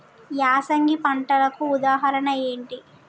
యాసంగి పంటలకు ఉదాహరణ ఏంటి?